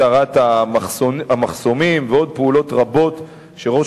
הסרת המחסומים ועוד פעולות רבות שראש